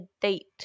date